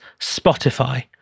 Spotify